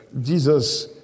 Jesus